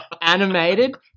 animated